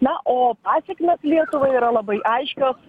na o pasekmės lietuvai yra labai aiškios